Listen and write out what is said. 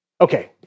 Okay